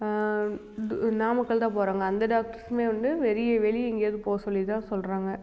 தூ நாமக்கல் தான் போகிறாங்க அந்த டாக்டர்ஸுமே வந்து வெரிய வெளியே எங்கேயாவுது போக சொல்லி தான் சொல்கிறாங்க